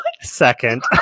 second